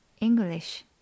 English